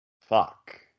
Fuck